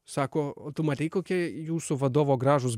sako o tu matei kokie jūsų vadovo gražūs